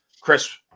Chris